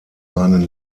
seinen